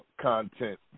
content